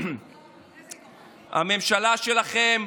הממשלה שלכם,